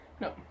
No